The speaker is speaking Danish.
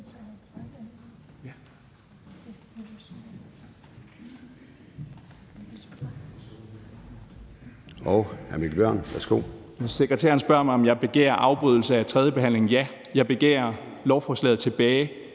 Sekretæren spørger mig, om jeg begærer afbrydelse af tredje behandling, og ja, jeg begærer lovforslaget tilbage